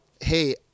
hey